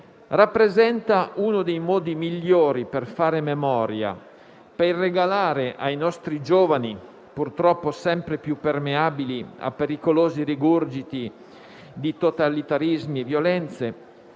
rappresenta uno dei modi migliori per fare memoria, per regalare ai nostri giovani, purtroppo sempre più permeabili a pericolosi rigurgiti di totalitarismi e violenze,